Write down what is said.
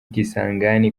kisangani